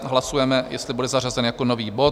Hlasujeme, jestli bude zařazen jako nový bod.